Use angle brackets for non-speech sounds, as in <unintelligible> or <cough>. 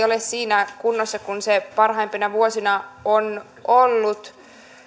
<unintelligible> ole siinä kunnossa kuin se parhaimpina vuosina on ollut